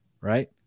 right